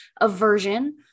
aversion